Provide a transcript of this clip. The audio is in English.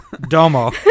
Domo